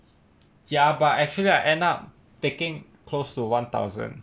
ya but actually I end up taking close to one thousand